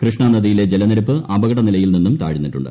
കൃഷ്ണ നദിയിലെ ജലനിരപ്പ് അപകടനിലയിൽ നിന്നും താഴ്ന്നിട്ടുണ്ട്